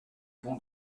bon